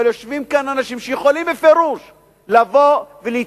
אבל יושבים פה אנשים שיכולים בפירוש להתייחס